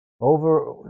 over